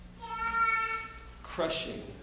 crushing